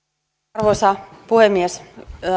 arvoisa puhemies